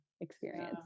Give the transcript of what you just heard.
experience